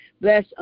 bless